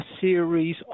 series